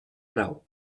nau